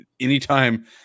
Anytime